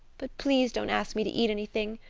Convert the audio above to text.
but please don't ask me to eat anything,